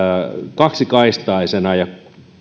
kaksikaistaisena ja